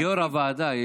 יו"ר הוועדה,